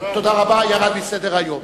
תודה רבה, ירד מסדר-היום.